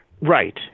Right